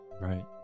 right